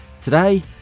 Today